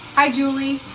hi, julie!